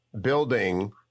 building